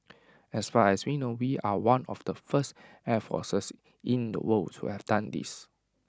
as far as we know we are one of the first air forces in the world to have done this